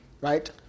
right